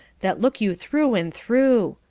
that look you through and through.